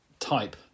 Type